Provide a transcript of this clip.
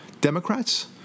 Democrats